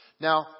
Now